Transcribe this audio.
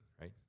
right